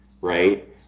right